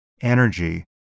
energy